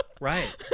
Right